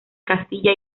castilla